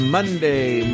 Monday